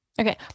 Okay